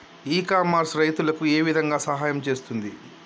ఇ commerce రైతులకు ఏ విధంగా సహాయం చేస్తుంది?